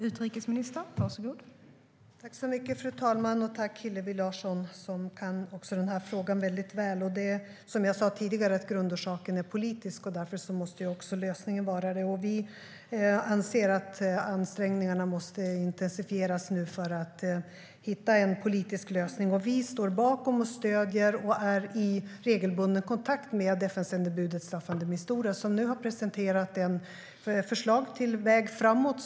Fru talman! Tack, Hillevi Larsson, som också kan frågan väl. Som jag sa tidigare är grundorsaken politisk. Därför måste också lösningen vara politisk. Vi anser att ansträngningarna måste intensifieras för att hitta en politisk lösning. Vi står bakom, stöder och är i regelbunden kontakt med FN-sändebudet Staffan de Mistura, som nu har presenterat förslag till väg framåt.